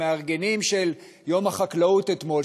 המארגנים של יום החקלאות אתמול,